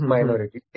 Minority